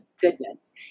goodness